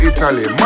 Italy